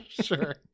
Sure